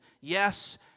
Yes